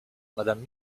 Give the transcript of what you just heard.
madame